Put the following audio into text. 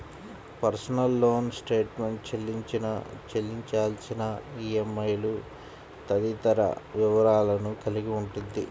personal loan statement చెల్లించిన, చెల్లించాల్సిన ఈఎంఐలు తదితర వివరాలను కలిగి ఉండిద్ది